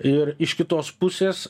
ir iš kitos pusės